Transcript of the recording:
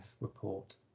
report